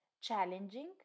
challenging